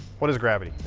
what is gravity?